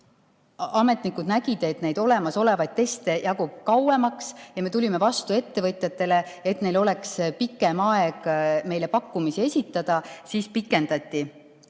ametnikud nägid, et neid olemasolevaid teste jagub kauemaks, ja me tulime ettevõtjatele vastu, et neil oleks pikem aeg meile pakkumisi esitada. Siis pikendatigi